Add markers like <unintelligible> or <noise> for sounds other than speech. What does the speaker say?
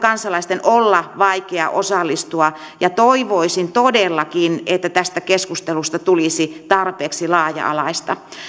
<unintelligible> kansalaisten olla vaikea osallistua ja toivoisin todellakin että tästä keskustelusta tulisi tarpeeksi laaja alaista